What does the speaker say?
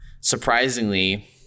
surprisingly